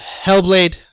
Hellblade